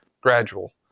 gradual